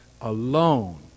alone